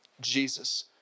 Jesus